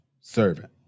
servant